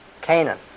Canaan